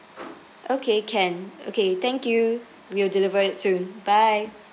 okay can okay thank you we'll deliver it soon bye